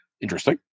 interesting